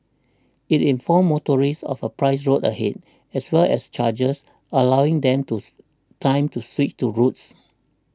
it informs motorists of a priced road ahead as well as charges allowing them tooth time to switch routes